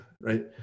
right